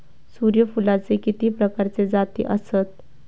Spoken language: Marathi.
सूर्यफूलाचे किती प्रकारचे जाती आसत?